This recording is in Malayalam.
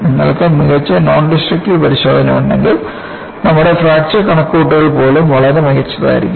നിങ്ങൾക്ക് മികച്ച നോൺഡെസ്ട്രക്റ്റീവ് പരിശോധന ഉണ്ടെങ്കിൽ നമ്മുടെ ഫ്രാക്ചർ കണക്കുകൂട്ടൽ പോലും വളരെ മികച്ചതായിരിക്കും